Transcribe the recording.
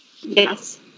Yes